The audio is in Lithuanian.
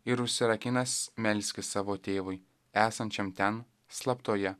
ir užsirakinęs melskis savo tėvui esančiam ten slaptoje